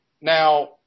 Now